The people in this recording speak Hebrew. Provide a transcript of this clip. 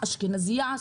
אשכנזייה,